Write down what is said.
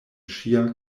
ŝia